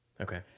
Okay